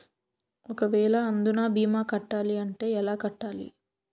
ఒక వేల అందునా భీమా కట్టాలి అంటే ఎలా కట్టాలి?